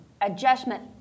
Adjustment